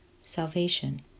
salvation